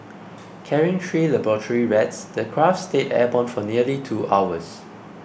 carrying three laboratory rats the craft stayed airborne for nearly two hours